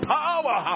power